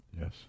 Yes